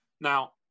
Now